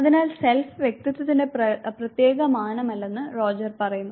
അതിനാൽ സെൽഫ് വ്യക്തിത്വത്തിന്റെ പ്രത്യേക മാനമല്ലെന്ന് റോജർ പറയുന്നു